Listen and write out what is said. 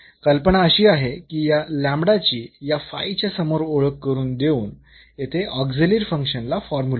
कल्पना अशी आहे की या ची या फायच्या समोर ओळख करून देऊन येथे ऑक्झिलरी फंक्शन ला फॉर्म्युलेट करणे